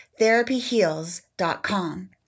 TherapyHeals.com